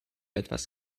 etwas